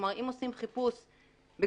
כלומר, אם עושים חיפוש בגוגל,